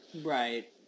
Right